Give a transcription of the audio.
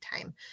time